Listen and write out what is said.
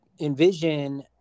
envision